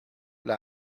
l’a